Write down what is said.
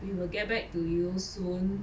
we will get back to you soon